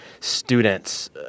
students